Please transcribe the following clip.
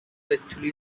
actually